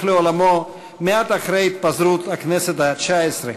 לעולמו מעט אחרי התפזרות הכנסת התשע-עשרה,